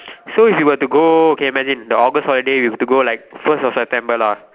so if you were to go K imagine the August holiday we have to go like first of September lah